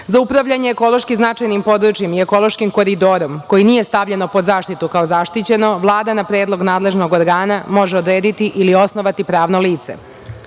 Za upravljanje ekološki značajnim područjem i ekološkim koridorom koji nije stavljen pod zaštitu kao zaštićeno Vlada na predlog nadležnog organa može odrediti ili osnovati pravno